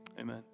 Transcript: Amen